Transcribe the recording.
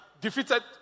defeated